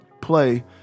play